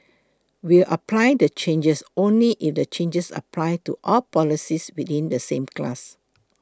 we will apply the changes only if the changes apply to all policies within the same class